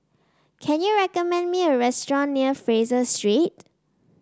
can you recommend me a restaurant near Fraser Street